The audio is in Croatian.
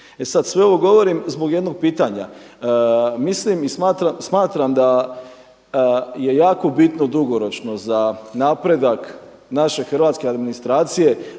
sve ovo govorim zbog jednog pitanja. Mislim i smatram da je jako bitno dugoročno za napredak naše hrvatske administracije